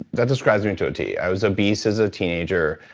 that describes me to a t. i was obese as a teenager,